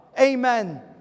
amen